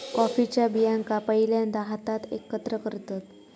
कॉफीच्या बियांका पहिल्यांदा हातात एकत्र करतत